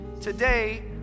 Today